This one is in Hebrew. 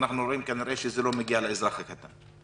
אנחנו רואים כנראה שזה לא מגיע לאזרח הקטן.